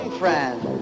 friend